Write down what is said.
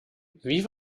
wie